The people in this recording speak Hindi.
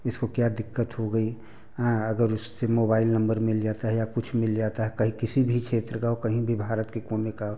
इसको क्या दिक्कत हो गई अगर उससे मोबाइल नंबर मिल जाता है या कुछ मिल जाता है कहीं किसी भी क्षेत्र का हो कहीं भी भारत के कोने का हो